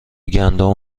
گندم